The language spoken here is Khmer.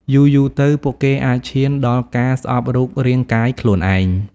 យូរៗទៅ ពួកគេអាចឈានដល់ការស្អប់រូបរាងកាយខ្លួនឯង។